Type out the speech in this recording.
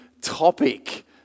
topic